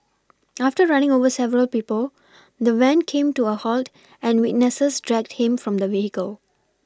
after running over several people the van came to a halt and witnesses dragged him from the vehicle